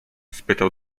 spytał